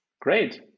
Great